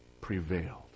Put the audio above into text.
prevailed